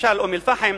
למשל אום-אל-פחם,